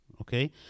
okay